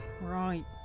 Right